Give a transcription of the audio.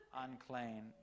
unclean